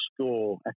score